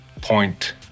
point